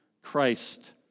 Christ